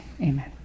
Amen